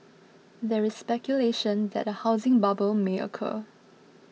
there is speculation that a housing bubble may occur